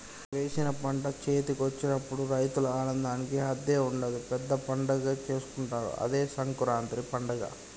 వేసిన పంట చేతికొచ్చినప్పుడు రైతుల ఆనందానికి హద్దే ఉండదు పెద్ద పండగే చేసుకుంటారు అదే సంకురాత్రి పండగ